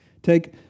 Take